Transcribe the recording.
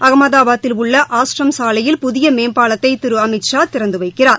அகமதாபாத்தில் உள்ள ஆஸ்ரம் சாலையில் புதிய மேம்பாலத்தை திரு அமித்ஷா திறந்து வைக்கிறார்